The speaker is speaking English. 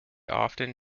often